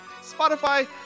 Spotify